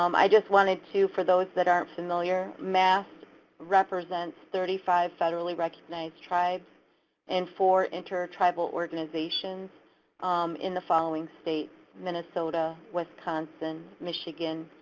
um i just wanted to, for those that aren't familiar, mast represents thirty five federally recognized tribes and four inter-tribal organizations in the following states minnesota, wisconsin, michigan,